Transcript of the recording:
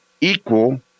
equal